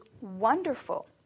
wonderful